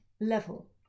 level